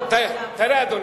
תראה, אדוני,